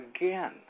again